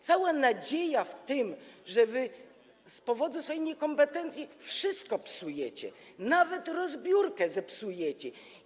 Cała nadzieja w tym, że z powodu swojej niekompetencji wszystko psujecie, nawet rozbiórkę zepsujecie.